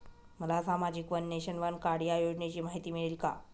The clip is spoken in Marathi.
मला सामाजिक वन नेशन, वन कार्ड या योजनेची माहिती मिळेल का?